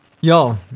Ja